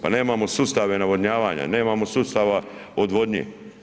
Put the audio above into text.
Pa nemamo sustave navodnjavanja, nemamo sustava odvodnje.